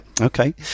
okay